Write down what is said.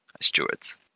stewards